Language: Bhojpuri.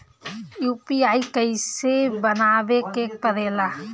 यू.पी.आई कइसे बनावे के परेला?